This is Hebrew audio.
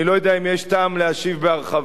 אני לא יודע אם יש טעם להשיב בהרחבה.